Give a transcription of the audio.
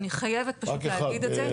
אני חייבת להגיד את זה.